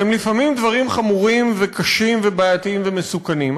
והם לפעמים דברים חמורים וקשים ובעייתיים ומסוכנים.